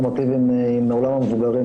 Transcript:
וגם מה הוא המכרז?